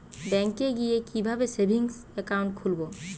ব্যাঙ্কে গিয়ে কিভাবে সেভিংস একাউন্ট খুলব?